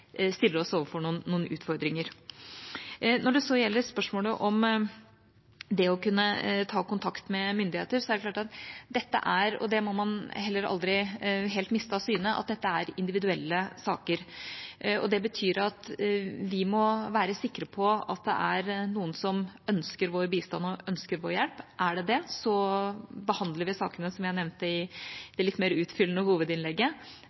stiller oss overfor noen utfordringer. Når det så gjelder spørsmålet om å kunne ta kontakt med myndigheter, må man heller aldri helt miste av syne at dette er individuelle saker. Det betyr at vi må være sikre på at det er noen som ønsker vår bistand og vår hjelp. Er det det, behandler vi sakene – som jeg nevnte i det litt mer utfyllende hovedinnlegget